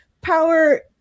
power